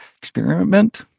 experiment